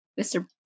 Mr